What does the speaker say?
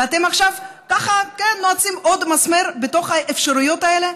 ואתם עכשיו נועצים עוד מסמר בתוך האפשרויות האלה,